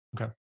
Okay